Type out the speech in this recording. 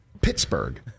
Pittsburgh